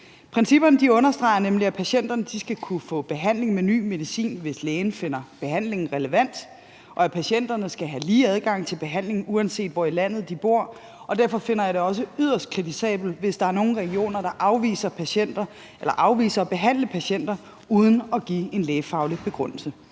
Principperne understreger nemlig, at patienterne skal kunne få behandling med ny medicin, hvis lægen finder behandlingen relevant, og at patienterne skal have lige adgang til behandling, uanset hvor i landet de bor. Og derfor finder jeg det også yderst kritisabelt, hvis der er nogen regioner, der afviser at behandle patienter uden at give en lægefaglig begrundelse.